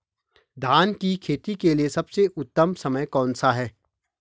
धान की खेती के लिए सबसे उत्तम समय कौनसा है?